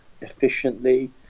efficiently